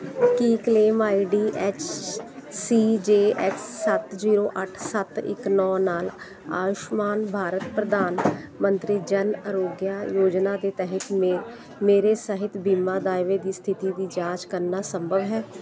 Ki claim I D H C J X ਸੱਤ zero ਅੱਠ ਸੱਤ ਇੱਕ ਨੌ ਨਾਲ ਆਯੁਸ਼ਮਾਨ ਭਾਰਤ ਪ੍ਰਧਾਨ ਮੰਤਰੀ ਜਨ ਆਰੋਗਯ ਯੋਜਨਾ ਦੇ ਤਹਿਤ ਮ ਮੇਰੇ ਸਿਹਤ ਬੀਮਾ ਦਾਅਵੇ ਦੀ ਸਥਿਤੀ ਦੀ ਜਾਂਚ ਕਰਨਾ ਸੰਭਵ ਹੈ